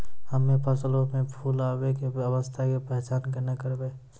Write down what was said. हम्मे फसलो मे फूल आबै के अवस्था के पहचान केना करबै?